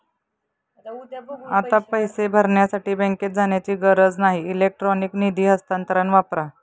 आता पैसे भरण्यासाठी बँकेत जाण्याची गरज नाही इलेक्ट्रॉनिक निधी हस्तांतरण वापरा